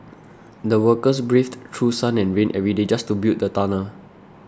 the workers braved through sun and rain every day just to build the tunnel